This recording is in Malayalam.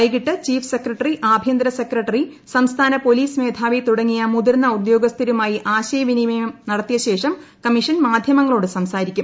വൈകിട്ട് ചീഫ് സെക്രട്ടറി ് ആഭ്യന്തര സെക്രട്ടറി സംസ്ഥാന പോലീസ് മേധാവി തുടങ്ങിയ മുതിർന്ന ഉദ്യോഗസ്ഥരുമായി ആശയവിനിമയം നടത്തിയശേഷം കമ്മീഷൻ മാധ്യമങ്ങളോടും സംസാരിക്കും